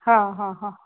हा हा हा